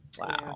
wow